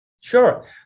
Sure